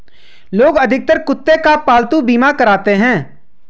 लोग अधिकतर कुत्ते का पालतू बीमा कराते हैं